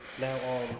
Now